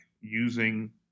using